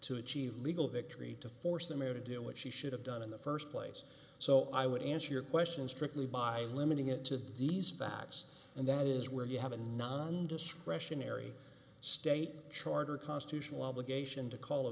to achieve legal victory to force the mayor to do what she should have done in the first place so i would answer your question strictly by limiting it to these facts and that is where you have a non discretionary state charter constitutional obligation to call a